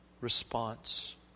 response